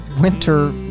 winter